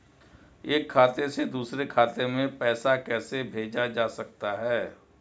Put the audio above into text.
एक खाते से दूसरे खाते में पैसा कैसे भेजा जा सकता है?